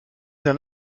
d’un